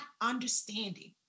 understanding